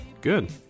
Good